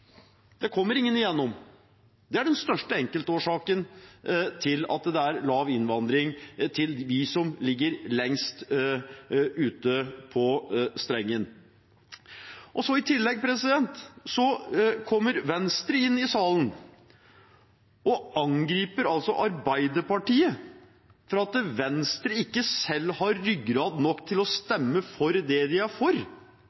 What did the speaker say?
Det kommer ingen igjennom. Det er den største enkeltårsaken til at det er lav innvandring til oss som ligger lengst ute på strengen. I tillegg kommer Venstre inn i salen og angriper Arbeiderpartiet for at Venstre ikke selv har ryggrad nok til å